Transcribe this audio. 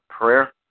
prayer